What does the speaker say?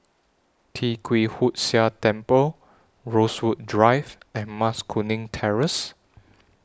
Tee Kwee Hood Sia Temple Rosewood Drive and Mas Kuning Terrace